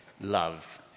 love